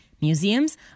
Museums